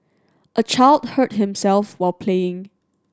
a child hurt himself while playing